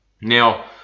now